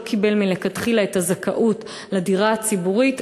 שלא קיבל מלכתחילה את הזכאות לדירה הציבורית,